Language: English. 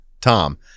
Tom